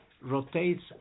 rotates